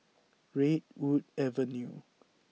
Redwood Avenue